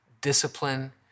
discipline